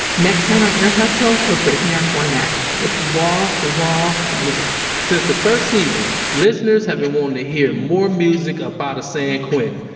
next time on ear hustle, we're breaking our format. it's wall-to-wall music since the first season, listeners have been wanting to hear more music up out of san quentin,